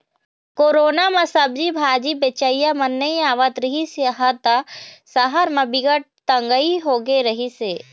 corona म सब्जी भाजी बेचइया मन नइ आवत रिहिस ह त सहर म बिकट तंगई होगे रिहिस हे